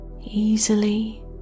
easily